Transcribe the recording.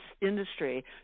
industry